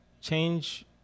change